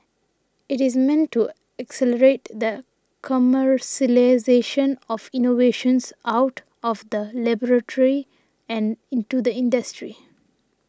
it is meant to accelerate the commercialisation of innovations out of the laboratory and into the industry